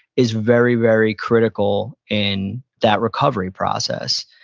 is very very critical in that recovery process.